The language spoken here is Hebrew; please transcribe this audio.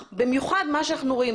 במיוחד לנוכח מה שאנחנו רואים,